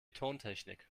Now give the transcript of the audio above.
tontechnik